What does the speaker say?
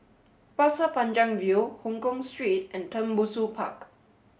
Pasir Panjang View Hongkong Street and Tembusu Park